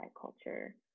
culture